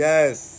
Yes